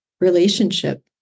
relationship